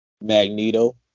Magneto